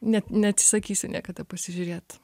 net neatsisakysi niekada pasižiūrėt